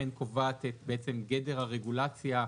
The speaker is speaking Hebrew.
רשת בזק,